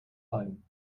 ein